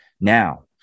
Now